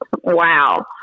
Wow